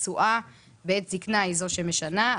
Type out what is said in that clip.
והתשואה בעת זקנה היא זאת שמשנה.